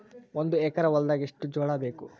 ಒಂದು ಎಕರ ಹೊಲದಾಗ ಎಷ್ಟು ಜೋಳಾಬೇಕು?